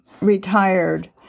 retired